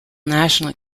national